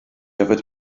yfed